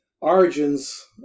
origins